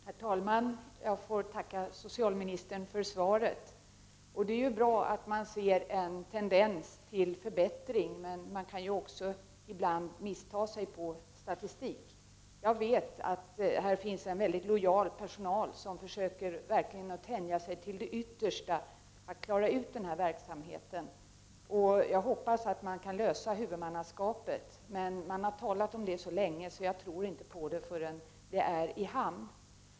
Herr talman! Jag får tacka socialministern för svaret. Det är ju bra att man kan se en tendens till förbättring, men man kan också ibland missta sig på statistik. Jag vet att det finns en mycket lojal personal som verkligen försöker att tänja sig till det yttersta för att klara verksamheten. Jag hoppas att man kan lösa frågan om huvudmannaskapet. Den frågan har dock diskuterats så länge att jag inte tror på en lösning förrän den verkligen är i hamn.